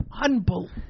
Unbelievable